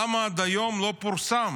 למה עד היום לא פורסם?